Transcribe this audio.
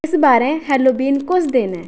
इस ब'रै हैलोवीन कुस दिन ऐ